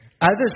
others